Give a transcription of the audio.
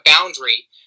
boundary